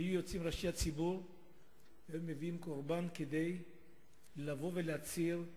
היו יוצאים ראשי הציבור והיו מביאים קורבן כדי לבוא ולהצהיר: